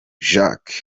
jacques